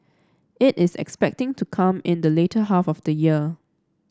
it is expected to come in the later half of the year